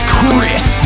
Chris